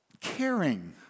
caring